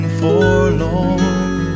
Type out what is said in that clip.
forlorn